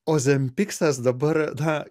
ozempiksas dabar na